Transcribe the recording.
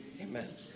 Amen